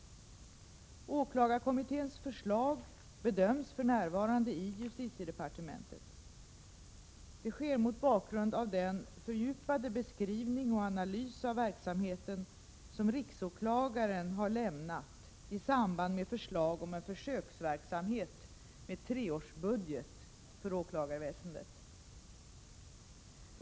Åklagarkommitténs förslag bedöms för närvarande i justitiedepartementet. Det sker mot bakgrund av den fördjupade beskrivning och analys av verksamheten som riksåklagaren har lämnat i samband med förslag om en försöksverksamhet med treårsbudget för åklagarväsendet.